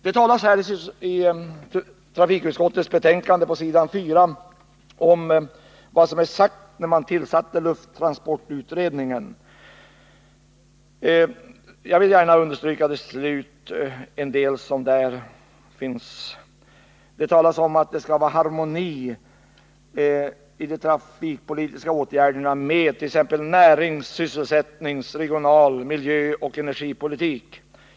Det talas vidare i trafikutskottets betänkande på s. 4 om vad som sades när man tillsatte lufttransportutredningen, nämligen att de trafikpolitiska åtgärderna skall harmoniera ”med t.ex. näringsoch sysselsättningspolitiken, regionalpolitiken, miljöpolitiken och energipolitiken”.